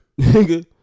Nigga